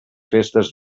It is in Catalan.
festes